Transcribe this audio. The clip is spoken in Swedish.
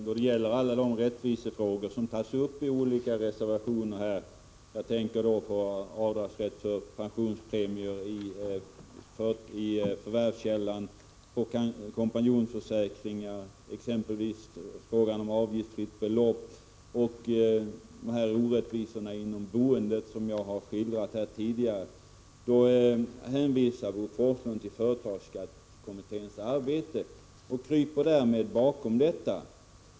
Då det gäller alla de rättvisefrågor som tas upp i olika reservationer — rätt till avdrag för pensionspremier i förvärvskällan, kompan jonsförsäkringar, frågan om avgiftsfritt belopp och de orättvisor inom boendet som jag har skildrat här tidigare — hänvisar Bo Forslund till företagsskattekommitténs arbete och kryper därmed bakom detta.